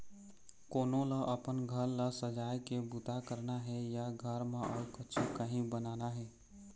कोनो ल अपन घर ल सजाए के बूता करना हे या घर म अउ कछु काही बनाना हे